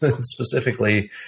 specifically